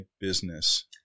business